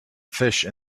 fish